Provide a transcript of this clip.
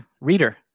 reader